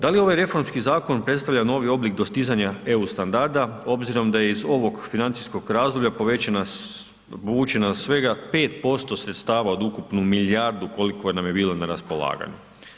Da li ovaj reformski zakon predstavlja novi oblik dostizanja eu standarda obzirom da je iz ovog financijskog razdoblja povećana, povućena svega 5% sredstava od ukupno milijardu koliko nam je bilo na raspolaganju.